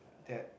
that